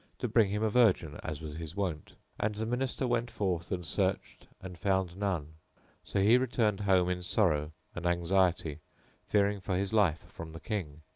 to bring him a virgin as was his wont and the minister went forth and searched and found none so he returned home in sorrow and anxiety fearing for his life from the king.